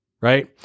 right